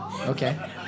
Okay